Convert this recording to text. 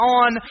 on